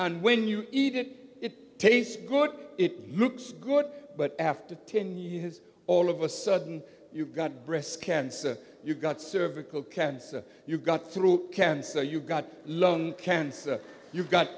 and when you eat it it tastes good it looks good but after ten years all of a sudden you've got breast cancer you've got cervical cancer you've got through cancer you've got lung cancer you've got